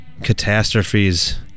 catastrophes